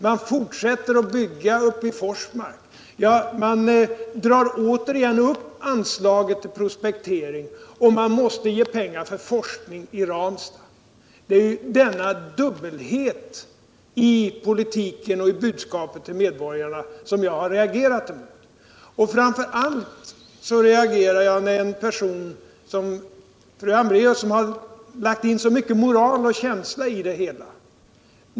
Man fortsätter att bygga i Forsmark, man ökar återigen anslaget för prospektering och ger pengar för torskning i Ranstad. Det är denna dubbelhet i politiken och i budskapet till medborgarna som jag har reagerat mot. Framför allt roagerar jag MoOtatt en person som fru Hambracus. som har lagt in så mycket moral och känsla i det hela.